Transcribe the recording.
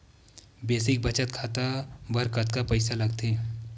Basic बचत खाता बर कतका पईसा लगथे?